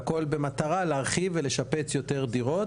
והכל במטרה להרחיב ולשפץ יותר דירות,